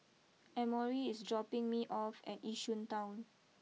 Emory is dropping me off at Yishun Town